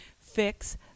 Fix